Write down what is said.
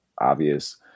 obvious